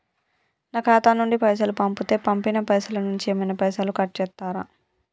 నా ఖాతా నుండి పైసలు పంపుతే పంపిన పైసల నుంచి ఏమైనా పైసలు కట్ చేత్తరా?